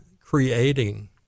creating